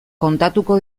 kontatuko